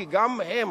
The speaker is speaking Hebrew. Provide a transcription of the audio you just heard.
כי גם הם,